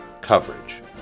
coverage